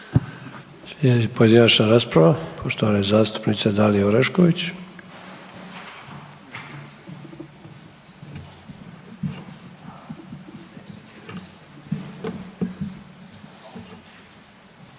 Sljedeća pojedinačna rasprava poštovana zastupnica Dalija Orešković.